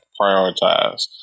prioritize